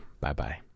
Bye-bye